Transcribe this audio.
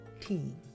team